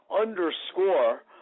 underscore